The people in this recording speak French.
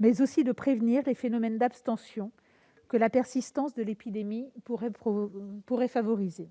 mais aussi de prévenir les phénomènes d'abstention que la persistance de l'épidémie pourrait favoriser.